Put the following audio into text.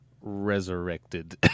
resurrected